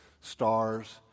stars